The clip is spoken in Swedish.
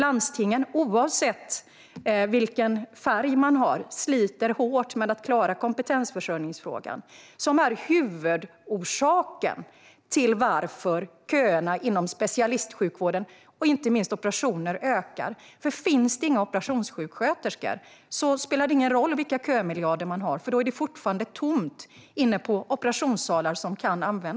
Landstingen, oavsett vilken färg de har, sliter hårt med att klara kompetensförsörjningsfrågan, som är huvudorsaken till att köerna inom specialistsjukvården och inte minst till operationer ökar. Finns det inga operationssjuksköterskor spelar det ingen roll vilka kömiljarder man har, för då är det fortfarande tomt inne på operationssalar.